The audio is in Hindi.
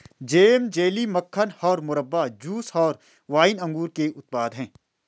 जैम, जेली, मक्खन और मुरब्बा, जूस और वाइन अंगूर के उत्पाद हैं